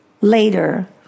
later